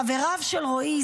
חבריו של רועי,